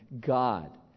God